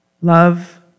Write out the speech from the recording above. Love